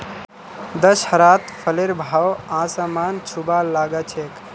दशहरात फलेर भाव आसमान छूबा ला ग छेक